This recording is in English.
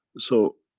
so.